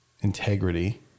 integrity